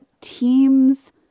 team's